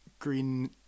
green